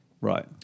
Right